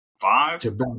Five